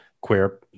queer